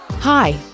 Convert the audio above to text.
Hi